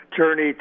journey